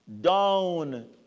down